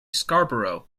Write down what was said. scarborough